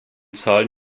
zahlen